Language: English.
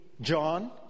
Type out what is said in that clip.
John